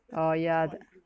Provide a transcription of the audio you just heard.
oh yeah